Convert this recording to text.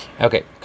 Okay